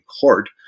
Court